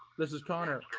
this is connor.